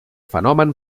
fenomen